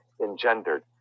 engendered